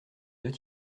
deux